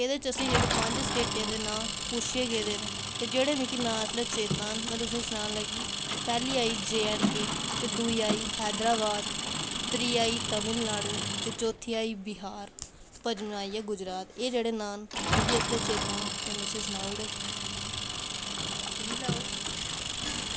एह्दे च असेंगी जेह्ड़े पंज स्टेटें दे नांऽ पुच्छे गेदे न ते जेह्ड़े मिगी इसलै नांऽ चेत्ता न में तुसेंगी सनान लगी पैह्ली आई जे ऐंड़ के ते दुई आई हैद्दराबाद त्रीह् आई तानिलनाडू ते चौत्थी आई बिहार पंजमां आईया गुजरात एह् जेह्ड़े नां न मिगी इसलै टेत्ता न ते में तुसेंगी सनाई ओड़े सुनी लैओ